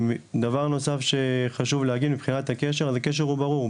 דבר נוסף שחשוב להגיד מבחינת הקשר: הקשר הוא ברור.